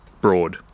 broad